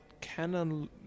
Canon